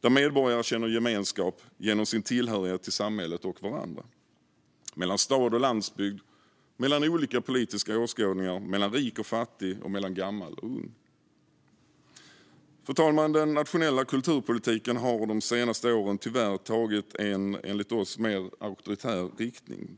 där medborgare känner gemenskap genom sin tillhörighet till samhället och varandra, gemenskap mellan stad och landsbygd, mellan olika politiska åskådningar, mellan rik och fattig och mellan gammal och ung. Fru talman! Den nationella kulturpolitiken har de senaste åren tyvärr tagit en enligt oss alltmer auktoritär riktning.